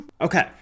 Okay